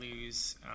lose